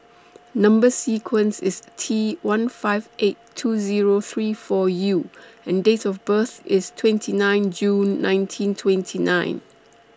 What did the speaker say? Number sequence IS T one five eight two Zero three four U and Date of birth IS twenty nine June nineteen twenty nine